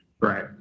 right